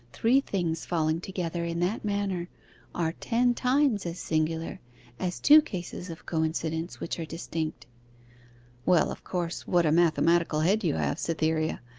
three things falling together in that manner are ten times as singular as two cases of coincidence which are distinct well, of course what a mathematical head you have, cytherea!